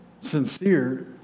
sincere